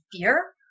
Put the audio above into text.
fear